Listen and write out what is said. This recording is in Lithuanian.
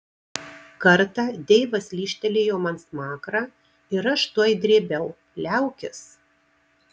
kartą deivas lyžtelėjo man smakrą ir aš tuoj drėbiau liaukis